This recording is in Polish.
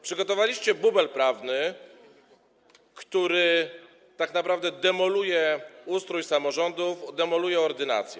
Przygotowaliście bubel prawny, który tak naprawdę demoluje ustrój samorządów, demoluje ordynację.